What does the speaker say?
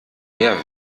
mehr